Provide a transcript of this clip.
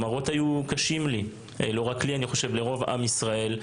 המראות היו קשים לא רק לי אלא לרוב עם ישראל.